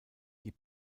die